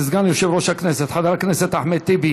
לסגן יושב-ראש הכנסת חבר הכנסת אחמד טיבי,